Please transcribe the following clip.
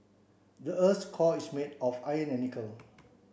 the earth's core is made of iron and nickel